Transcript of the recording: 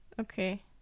Okay